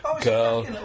girl